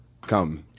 come